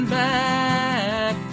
back